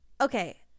Okay